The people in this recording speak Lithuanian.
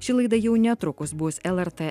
ši laida jau netrukus bus lrt